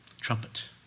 Trumpet